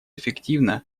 эффективно